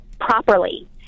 properly